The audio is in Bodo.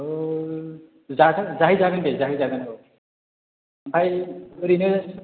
ओ जागोन जाहैजागोन दे जाहैगोन औ ओमफ्राय ओरैनो